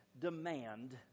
demand